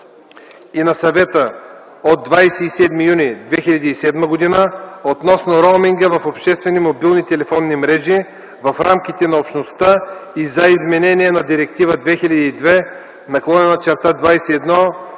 и на Съвета от 27 юни 2007 г. относно роуминга в обществени мобилни телефонни мрежи в рамките на Общността и за изменение на Директива 2002/21/ЕО относно